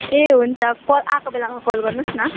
ए हुन्छ क आएको बेलामा कल गर्नु होस् न